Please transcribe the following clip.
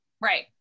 right